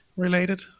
related